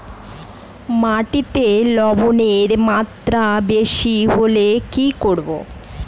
মাটিতে লবণের মাত্রা বেশি হলে কি করব?